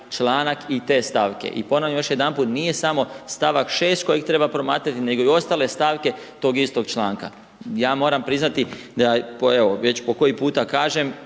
članak i te svake. I ponavljam još jedanput, nije samo stavak 6. kojeg treba promatrati nego i ostale stavke tog istog članka. Ja moram priznati, da evo, već po koji puta kažem,